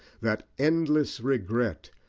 that endless regret,